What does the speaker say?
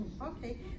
Okay